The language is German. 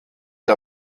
der